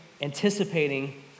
anticipating